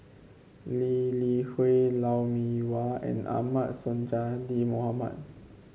Lee Li Hui Lou Mee Wah and Ahmad Sonhadji Mohamad